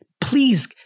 please